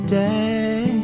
day